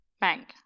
Bank